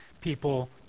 people